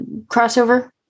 crossover